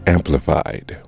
Amplified